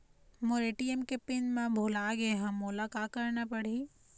मोर ATM के PIN मैं भुला गैर ह, मोला का करना पढ़ही?